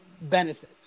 benefit